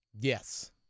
Yes